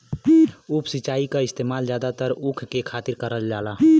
उप सिंचाई क इस्तेमाल जादातर ऊख के खातिर करल जाला